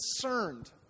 concerned